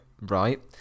Right